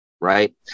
right